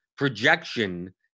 projection